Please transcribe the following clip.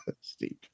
Steve